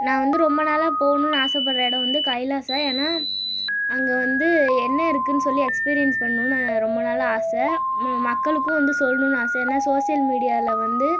நான் வந்து ரொம்ப நாளாக போகணும்னு ஆசைப்படுற இடம் வந்து கைலாஸா ஏன்னா அங்கே வந்து என்ன இருக்குதுனு சொல்லி எக்ஸ்பிரியன்ஸ் பண்ணனும்னு ரொம்ப நாளாக ஆசை மக்களுக்கும் வந்து சொல்லனும்னு ஆசை ஏன்னா சோஷியல் மீடியாவில் வந்து